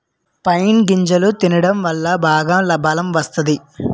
pine గింజలు తినడం వల్ల బాగా బలం వత్తాది